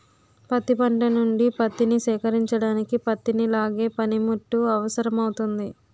పత్తి పంట నుండి పత్తిని సేకరించడానికి పత్తిని లాగే పనిముట్టు అవసరమౌతుంది